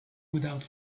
without